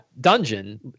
dungeon